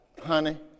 honey